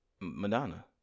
Madonna